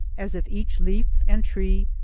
as if each leaf and tree,